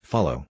Follow